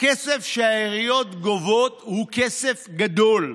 הכסף שהעיריות גובות הוא כסף גדול,